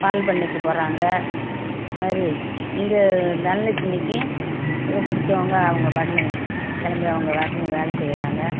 பால்பண்ணைக்கு போகிறாங்க இது மாரி இங்கே தனலெட்சுமிக்கு இதை பிடிச்சவங்க அவங்கப் பாட்னு கிளம்பி அவங்க பாட்னு வேலை செய்கிறாங்க